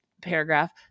paragraph